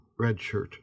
redshirt